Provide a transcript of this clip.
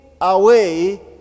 away